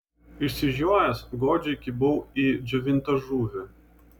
išsižiojęs godžiai kibau į džiovintą žuvį